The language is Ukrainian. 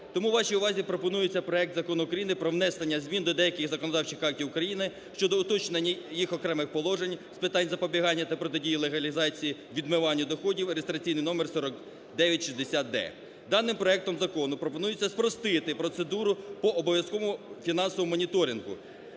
Тому вашій увазі пропонується проект Закону України про внесення змін до деяких законодавчих актів України щодо уточнення їх окремих положень з питань запобігання та протидії легалізації відмивання доходів (реєстраційний номер 4960-д). Даним проектом закону пропонується спростити процедуру по обов'язковому фінансовому моніторингу